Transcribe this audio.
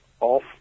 off